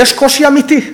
ויש קושי אמיתי,